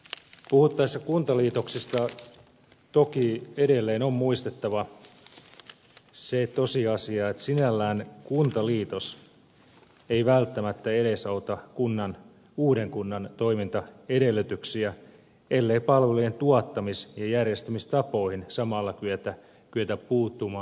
puhuttaessa kuntaliitoksista toki edelleen on muistettava se tosiasia että sinällään kuntaliitos ei välttämättä edesauta uuden kunnan toimintaedellytyksiä ellei palvelujen tuottamis ja järjestämistapoihin samalla kyetä puuttumaan